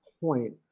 point